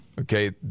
Okay